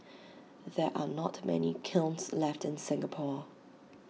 there are not many kilns left in Singapore